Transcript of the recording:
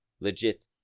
Legit